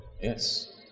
Yes